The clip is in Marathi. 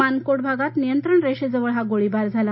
मानकोट भागात नियंत्रण रेषेजवळ हा गोळीबार झाला